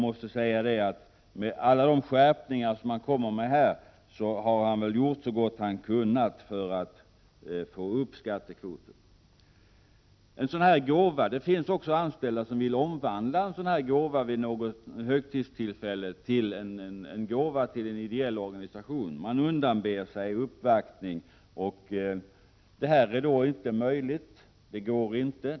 Med tanke på alla de skärpningar han här föreslår måste jag säga att han väl har gjort så gott han har kunnat för att få upp skattekvoten. Det finns också anställda som undanber sig uppvaktning och vill omvandla en gåva som de får vid något högtidstillfälle till en gåva till en ideell organisation. Det är då inte möjligt för arbetsgivarna att erhålla avdrag för detta.